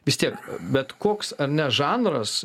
vis tiek bet koks ar ne žanras